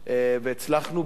והצלחנו באמת,